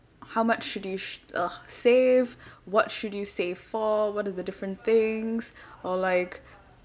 how much should you uh save what should you save for what are the different things or like